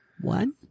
One